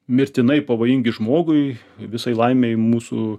mirtinai pavojingi žmogui visai laimei mūsų